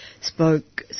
spoke